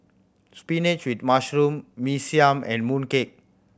spinach with mushroom Mee Siam and mooncake